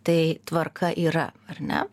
tai tvarka yra ar ne